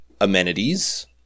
amenities